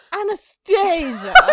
Anastasia